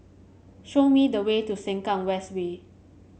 show me the way to Sengkang West Way